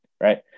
right